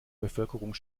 bevölkerung